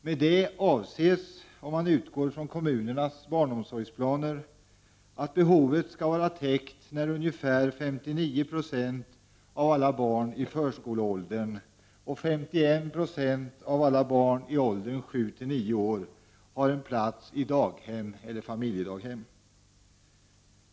Med det avses, om man utgår från kommunernas barnomsorgsplaner, att behovet skall vara täckt när ungefär 59 90 av alla barn i förskoleåldern och 51 96 av alla barn i åldern 7— 9 år har en plats i daghem eller i familjedaghem.